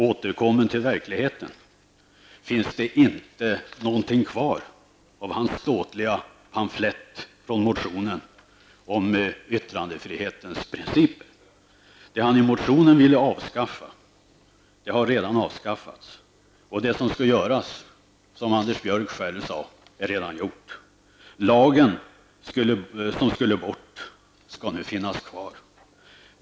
Återkommen till verkligheten här i riksdagen har han inget kvar från sin ståtliga pamflett i form av motionen om yttrandefrihetens principer. Det han i motionen vill avskaffa, har redan avskaffats. Det som skall göras, som Anders Björck själv sade, är redan gjort. Lagen som skulle bort, skall nu finnas kvar.